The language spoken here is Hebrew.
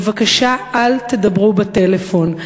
בבקשה אל תדברו בטלפון,